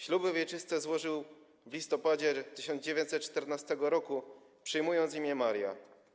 Śluby wieczyste złożył w listopadzie 1914 r., przyjmując imię Maria.